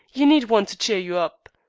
you need one to cheer you up.